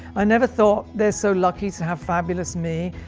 i never thought they're so lucky to have fabulous me.